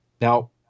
Now